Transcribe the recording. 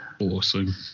Awesome